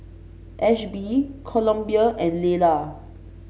Ashby Columbia and Laylah